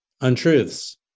untruths